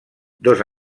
dos